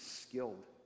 skilled